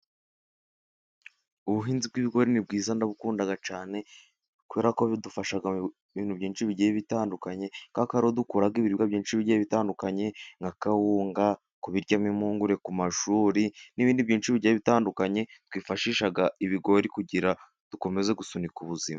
Ubuhinzi bw'ibigori ni bwiza, ndabukunda cyane, kubera ko bidufasha mu bintu byinshi bigiye bitandukanye. Kubera ko ariho dukura ibiryo byinshi bigiye bitandukanye, nka kawunga, kubiryamo impungure ku mashuri, n’ibindi byinshi bitandukanye. Twifashisha ibigori, kugira dukomeze gusunika ubuzima.